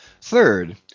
Third